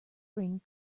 bring